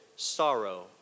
sorrow